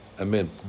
Amen